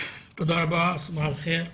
תודה רבה, בוקר טוב.